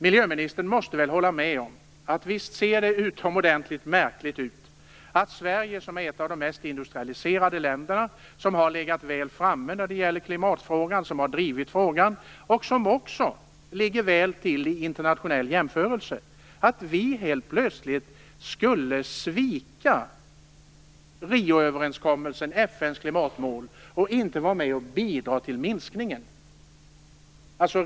Miljöministern måste hålla med om att det skulle se utomordentligt märkligt ut om Sverige, som är ett av de mest industrialiserade länderna, som har legat väl framme när det gäller klimatfrågan, som har drivit frågan och som också ligger väl till i internationell jämförelse, helt plötsligt skulle svika Rioöverenskommelsen och FN:s klimatmål och inte vara med och bidra till minskningen.